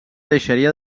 deixaria